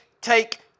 take